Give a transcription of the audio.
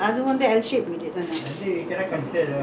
mmhmm two room one hall lah